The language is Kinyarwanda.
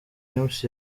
james